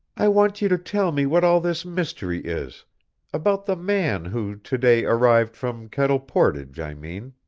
i want you to tell me what all this mystery is about the man who to-day arrived from kettle portage, i mean.